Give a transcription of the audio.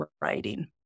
writing